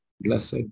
Blessed